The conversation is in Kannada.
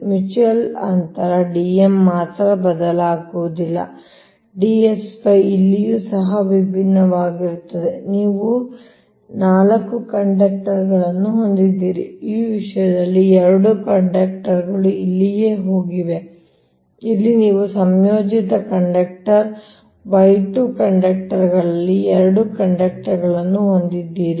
ಮ್ಯೂಚುಯಲ್ ಅಂತರ Dm ಮಾತ್ರ ಬದಲಾಗುವುದಿಲ್ಲ Dsy ಇಲ್ಲಿಯೂ ಸಹ ವಿಭಿನ್ನವಾಗಿರುತ್ತದೆ ಇಲ್ಲಿ ನೀವು 4 ಕಂಡಕ್ಟರ್ಗಳನ್ನು ಹೊಂದಿದ್ದೀರಿ ಈ ವಿಷಯದಲ್ಲಿ 2 ಕಂಡಕ್ಟರ್ಗಳು ಇಲ್ಲಿಯೇ ಹೋಗಿದೆ ಇಲ್ಲಿ ನೀವು ಸಂಯೋಜಿತ ಕಂಡಕ್ಟರ್ y2 ಕಂಡಕ್ಟರ್ಗಳಲ್ಲಿ 2 ಕಂಡಕ್ಟರ್ಗಳನ್ನು ಹೊಂದಿದ್ದೀರಿ